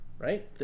Right